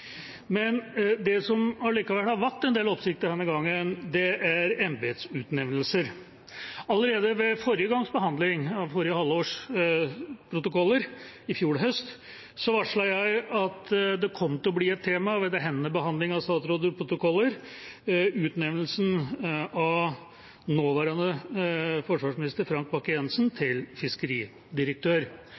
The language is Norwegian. Det som allikevel har vakt en del oppsikt denne gangen, er embetsutnevnelser. Allerede ved forrige halvårs behandling av statsrådets protokoller, i fjor høst, varslet jeg at utnevnelsen av nåværende forsvarsminister Frank Bakke-Jensen til fiskeridirektør kom til å bli et tema ved denne behandlingen av statsrådets protokoller.